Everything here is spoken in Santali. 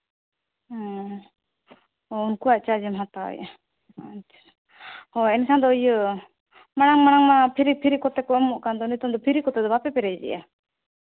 ᱚ ᱩᱱᱠᱩᱣᱟᱜ ᱪᱟᱨᱡᱮᱢ ᱦᱟᱛᱟᱣᱮᱫᱼᱟ ᱟᱪᱪᱷᱟ ᱮᱱᱠᱷᱟᱱ ᱫᱚ ᱤᱭᱟᱹ ᱢᱟᱲᱟᱝ ᱢᱟᱲᱟᱝ ᱢᱟ ᱯᱷᱨᱤ ᱯᱷᱨᱤ ᱠᱚᱛᱮ ᱠᱚ ᱮᱢᱚᱜ ᱠᱟᱱ ᱫᱚ ᱱᱤᱛᱚᱝ ᱫᱚ ᱯᱷᱨᱤ ᱠᱚᱛᱮ ᱫᱚ ᱵᱟᱯᱮ ᱯᱮᱨᱮᱡᱮᱫᱼᱟ